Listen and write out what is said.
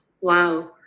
Wow